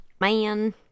Man